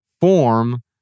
form